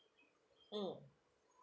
mm